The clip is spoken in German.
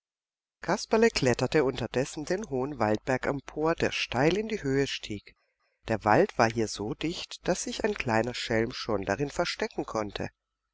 kasperle kletterte unterdessen den hohen waldberg empor der steil in die höhe stieg der wald war hier so dicht daß sich ein kleiner schelm schon darin verstecken konnte